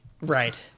right